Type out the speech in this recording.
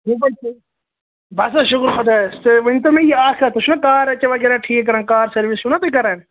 تُہۍ کتھ چھِو بَس حظ شُکُر خۄدایَس تُہۍ ؤنۍتَو مےٚ یہِ اکھ کتھ تُہۍ چھُوا کار وغیرہ ٹھیٖک کران کار سٔروِس چھِو نا تُہۍ کَران